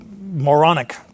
moronic